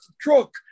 truck